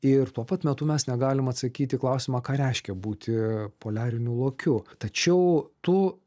ir tuo pat metu mes negalim atsakyt į klausimą ką reiškia būti poliariniu lokiu tačiau tu